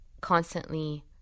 constantly